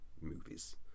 movies